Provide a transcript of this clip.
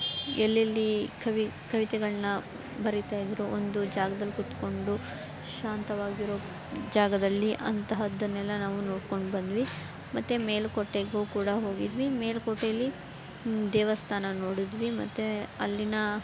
ಎಲ್ಲೆಲ್ಲಿ ಕವಿ ಕವಿತೆಗಳನ್ನ ಬರಿತಾಯಿದ್ದರು ಒಂದು ಜಾಗ್ದಲ್ಲಿ ಕೂತ್ಕೊಂಡು ಶಾಂತವಾಗಿರೋ ಜಾಗದಲ್ಲಿ ಅಂತಹದ್ದನ್ನೆಲ್ಲ ನಾವು ನೋಡ್ಕೊಂಡು ಬಂದ್ವಿ ಮತ್ತೆ ಮೇಲುಕೋಟೆಗೂ ಕೂಡ ಹೋಗಿದ್ವಿ ಮೇಲುಕೋಟೆಲ್ಲಿ ದೇವಸ್ಥಾನ ನೋಡಿದ್ವಿ ಮತ್ತು ಅಲ್ಲಿನ